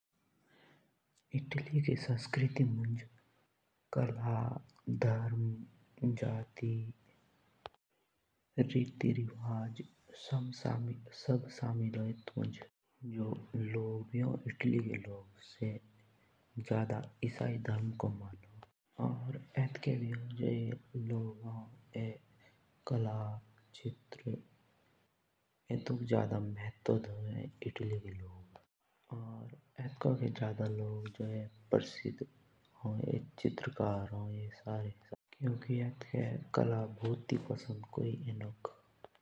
इटली की संस्कृति मुञ्ज कोला और संगीत और रीति रिवाज सब समिल हों एत मुञ्ज और जो एतको के लोग भी हों सो जादा इसाई धर्मक मानो और एतकी कोला गीत संगी हों एतुक जादा महत्व देन और एतको के जो लोग प्रसिद्ध हों चित्रकार हों।